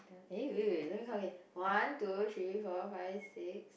eh wait wait let me count again one two three four five six